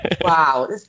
Wow